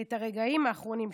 את הרגעים האחרונים שלהם,